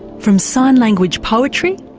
from sign language poetry.